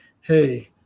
hey